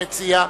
המציע,